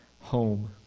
home